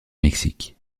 mexique